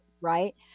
Right